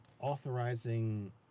authorizing